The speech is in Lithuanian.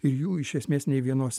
ir jų iš esmės nei vienos